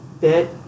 bit